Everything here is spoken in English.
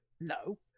No